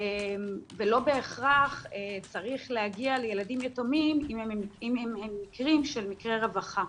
ולא בהכרח צריך להגיע לילדים יתומים רקם במקרים שהם מקרי רווחה.